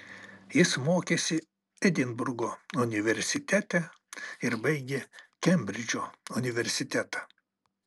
jis mokėsi edinburgo universitete ir baigė kembridžo universitetą